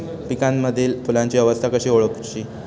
पिकांमदिल फुलांची अवस्था कशी ओळखुची?